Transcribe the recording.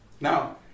Now